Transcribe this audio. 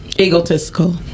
egotistical